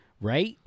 Right